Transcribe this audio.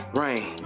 rain